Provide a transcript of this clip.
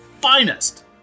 finest